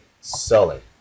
selling